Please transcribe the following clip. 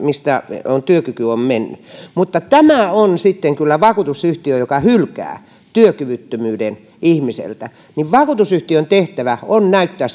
mistä työkyky on mennyt mutta tämä on sitten kyllä vakuutusyhtiön joka hylkää työkyvyttömyyden ihmiseltä tehtävä näyttää